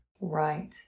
Right